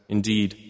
Indeed